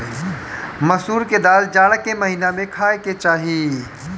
मसूर के दाल जाड़ा के महिना में खाए के चाही